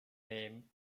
name